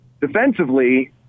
defensively